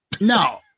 No